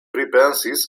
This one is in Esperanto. pripensis